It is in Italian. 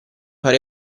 far